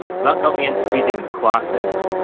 so, that got me into reading the classics,